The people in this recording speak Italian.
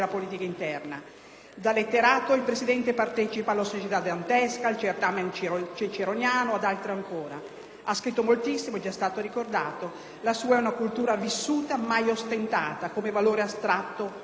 Da letterato, il Presidente partecipa alla Società dantesca, al Certamen ciceroniano ed ad altro ancora. Ha scritto moltissimo, è già stato ricordato; la sua è una cultura vissuta mai ostentata come valore astratto o di moda.